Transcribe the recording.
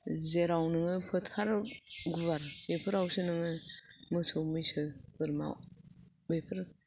जेराव नोङो फोथार गुवार बेफोरावसो नोङो मोसौ मैसो बोरमा बेफोर